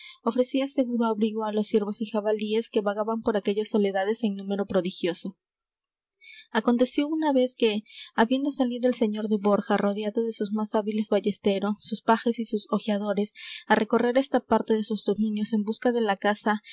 ofrecía seguro abrigo á los ciervos y jabalíes que vagaban por aquellas soledades en número prodigioso aconteció una vez que habiendo salido el señor de borja rodeado de sus más hábiles ballesteros sus pajes y sus ojeadores á recorrer esta parte de sus dominios en busca de la caza